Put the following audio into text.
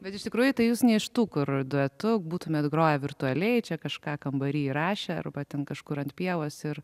bet iš tikrųjų tai jūs ne iš tų kur duetu būtumėt groję virtualiai čia kažką kambary įrašę arba ten kažkur ant pievos ir